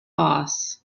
boss